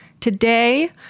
Today